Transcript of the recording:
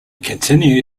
continue